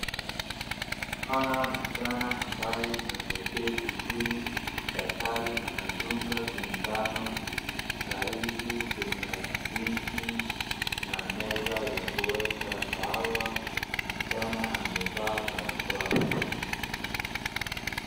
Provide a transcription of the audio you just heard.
naona msichana amaye ameketi chini daktari anadunga shindano karibu kuna viti na meza ya kuweka dawa msichana amevaa barakoa